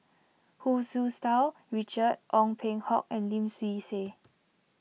Hu Su Tau Richard Ong Peng Hock and Lim Swee Say